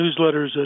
newsletters